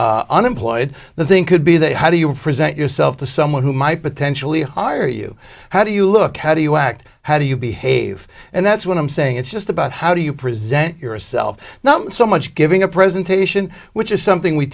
you're unemployed the thing could be that how do you present yourself to someone who might potentially hire you how do you look how do you act how do you behave and that's what i'm saying it's just about how do you present yourself not so much giving a presentation which is something we